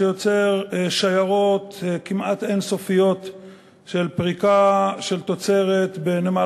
שיוצר שיירות כמעט אין-סופיות של פריקה של תוצרת בנמל